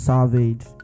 Savage